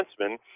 defenseman